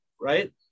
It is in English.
right